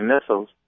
missiles